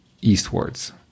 eastwards